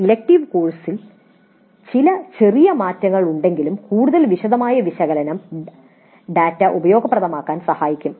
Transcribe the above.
തിരഞ്ഞെടുപ്പ് കോഴ്സിൽ ചില ചെറിയ മാറ്റങ്ങൾ ഉണ്ടെങ്കിലും കൂടുതൽ വിശദമായ വിശകലനം ഡാറ്റ ഉപയോഗപ്രദമാക്കാൻ സഹായിക്കും